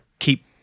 keep